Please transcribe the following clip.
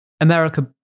America